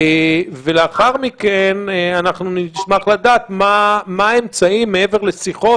ולאחר מכן נשמח לדעת מה האמצעים מעבר לשיחות,